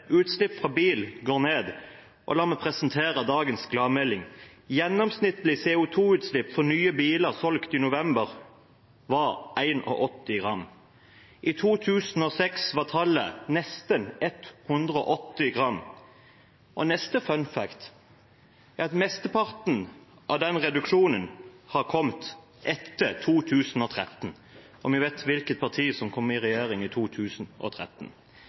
utslipp fra bil går ned, og la meg presentere dagens gladmelding: Gjennomsnittlig CO 2 -utslipp for nye biler solgt i november var 81 gram per km. I 2006 var tallet nesten 180 gram per km. Neste «fun fact» er at mesteparten av den reduksjonen har kommet etter 2013. Vi vet hvilket parti som kom i regjering i 2013.